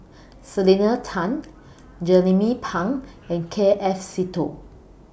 Selena Tan Jernnine Pang and K F Seetoh